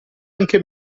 anche